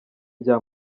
bya